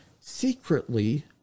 secretly